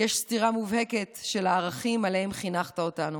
יש סתירה מובהקת של הערכים שעליהם חינכת אותנו.